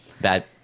bad